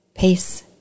Peace